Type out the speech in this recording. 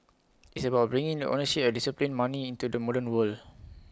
it's about bringing the ownership of disciplined money into the modern world